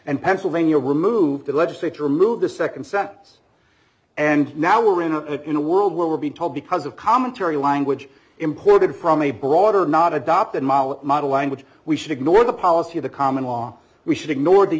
and pennsylvania remove the legislature remove the second sentence and now we're in a in a world where we're being told because of commentary language imported from a broader not adopted model language we should ignore the policy of the common law we should ignore the